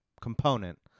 component